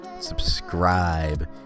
subscribe